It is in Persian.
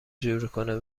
جورکنه